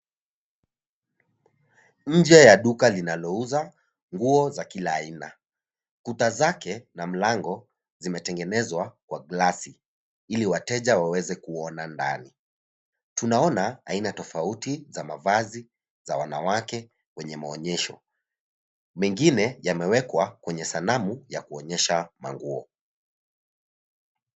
Nje ya duka linalouza nguo za kila aina. Kuta zake na mlango zimetengenezwa kwa (cs)glass(cs) ili wateja waweze kuona ndani. Tunaona aina tofauti za wanawake kwenye maonyesho. Mengine yamewekwa kwenye sanamu ya kuonyesha manguo.